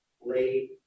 late